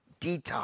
Detox